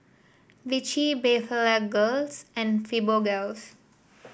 Vichy Blephagels and Fibogels